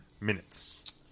minutes